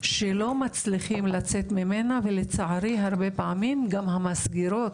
שלא מצליחים לצאת ממנה ולצערי הרבה פעמים גם המסגרות